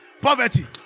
poverty